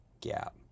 gap